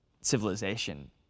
civilization